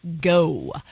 go